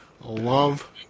love